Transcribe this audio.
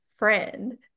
friend